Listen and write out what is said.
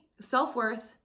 self-worth